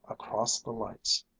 across the lights,